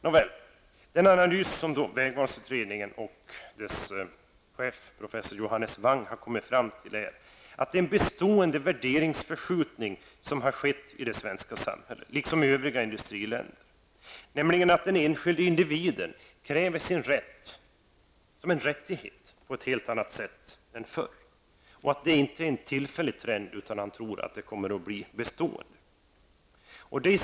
Nåväl, den analys som vägvalsutredningen och dess chef professor Johannes Wang har kommit fram till är att det har skett en bestående värdeförskjutning i Sverige, liksom i övriga industriländer. Den enskilde individen kräver sin rätt på ett helt annat sätt än förr. Detta är inte en tillfällig trend. Professor Wang tror att den kommer att bli bestående.